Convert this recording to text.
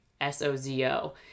S-O-Z-O